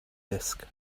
disk